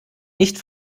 nicht